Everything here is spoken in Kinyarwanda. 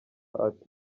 ati